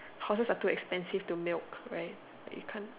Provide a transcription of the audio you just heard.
horses are too expensive to milk right you can't